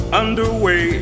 underway